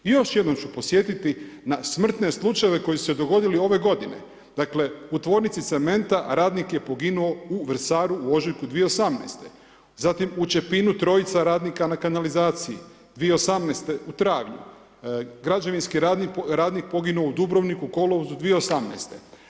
Još jednom podsjetiti na smrtne slučajeve koje su se dogodili ove g. Dakle, u tvornici cementa radnik je poginuo u Vrsaru u ožujku 2018. zatim u Čepinu trojica radnika na kanalizacija, 2018. u travnju, građevinski radnik poginuo u Dubrovniku u kolovozu 2018.